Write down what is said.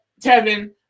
tevin